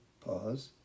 pause